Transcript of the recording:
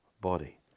body